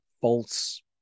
false